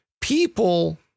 people